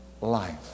life